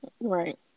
Right